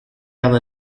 real